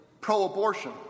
pro-abortion